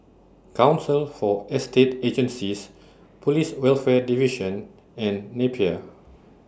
Council For Estate Agencies Police Welfare Division and Napier